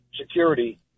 security